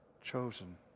chosen